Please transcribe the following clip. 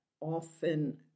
often